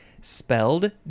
spelled